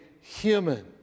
human